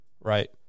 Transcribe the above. Right